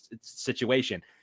situation